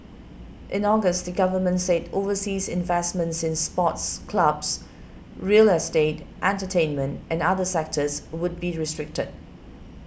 in August the government said overseas investments in sports clubs real estate entertainment and other sectors would be restricted